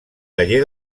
taller